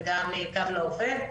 וגם קו לעובד,